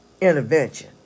intervention